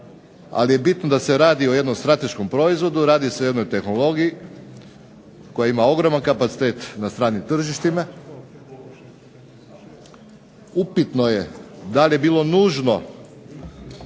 ali je bitno da se radi o jednom strateškom proizvodu, radi se o jednoj tehnologiji koja ima ogroman kapacitet na stranim tržištima, upitno je da li je bilo nužno